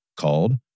called